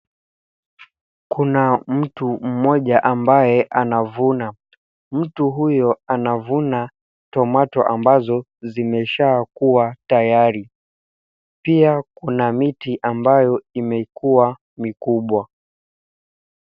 Kuna mtu mmoja ambaye anavuna ,mtu huyo anavuna tomato ambazo zimeshakuwa tayari pia kuna miti ambayo imekuwa mikubwa.